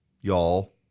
Y'all